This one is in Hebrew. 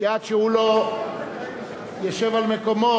כי עד שהוא לא ישב על מקומו,